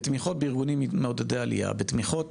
בתמיכות בארגונים מעודדי עלייה, בתמיכות,